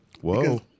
Whoa